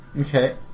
Okay